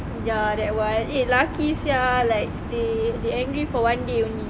ya that [one] eh lucky sia like they they angry for one day only